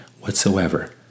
whatsoever